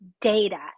data